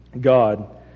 God